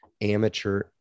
amateur